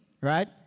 right